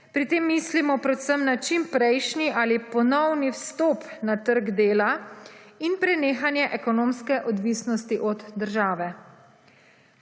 Pri tem mislimo predvsem na čimprejšnji ali ponovni vstop na trg dela in prenehanje ekonomske odvisnosti od države.